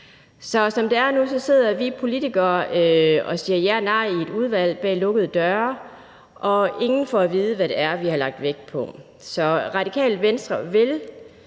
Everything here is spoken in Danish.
Så som det er nu, sidder vi politikere og siger ja og nej i et udvalg bag lukkede døre, og ingen får at vide, hvad det er, vi har lagt vægt på. Så Radikale Venstre vil